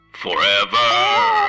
Forever